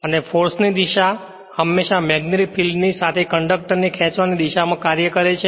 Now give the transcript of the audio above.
અને ફોર્સ હંમેશા magnetic field ની સાથે કંડક્ટર ને ખેંચવાની દિશામાં કાર્ય કરે છે